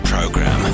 Program